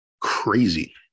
crazy